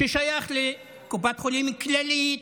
ששייך לקופת חולים כללית,